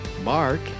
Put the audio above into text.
mark